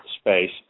space